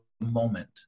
moment